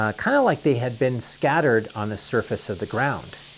ah kind of like they had been scattered on the surface of the ground.